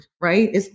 right